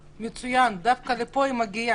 מצוין, דווקא לפה היא מגיעה.